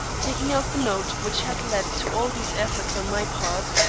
taking out the note which had led to all these efforts on my part,